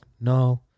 no